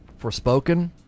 Forspoken